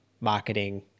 marketing